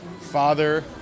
Father